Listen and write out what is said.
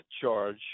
charge